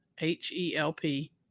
H-E-L-P